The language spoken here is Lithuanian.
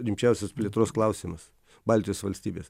rimčiausias plėtros klausimas baltijos valstybės